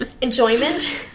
enjoyment